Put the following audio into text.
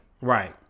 Right